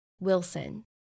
Wilson